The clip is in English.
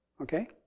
Okay